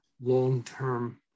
long-term